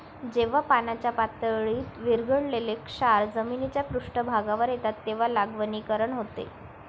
जेव्हा पाण्याच्या पातळीत विरघळलेले क्षार जमिनीच्या पृष्ठभागावर येतात तेव्हा लवणीकरण होते